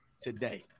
today